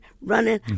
running